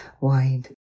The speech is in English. wide